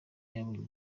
yabonye